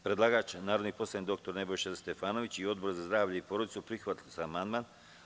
Predlagač narodni poslanik dr Nebojša Stefanović i Odbor za zdravlje i porodicu prihvatili su amandman.